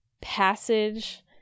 passage